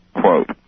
quote